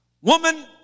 Woman